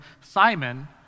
Simon